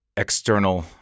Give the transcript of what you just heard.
external